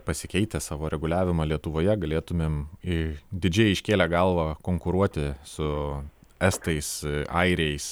pasikeitę savo reguliavimą lietuvoje galėtumėm į didžiai iškėlę galvą konkuruoti su estais airiais